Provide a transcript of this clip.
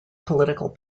political